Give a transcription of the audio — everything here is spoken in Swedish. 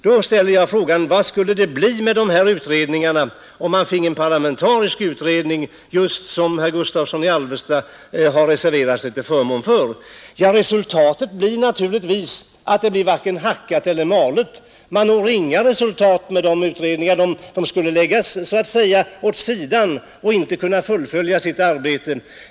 Jag ställer frågan: Vad skulle det bli av de här utredningarna, om man finge en parlamentarisk utredning, som herr Gustavsson i Alvesta har reserverat sig till förmån för? Resultatet blir naturligtvis att det blir varken hackat eller malet. Man når inga resultat med de utredningarna. De skulle läggas åt sidan och inte kunna fullfölja sitt arbete.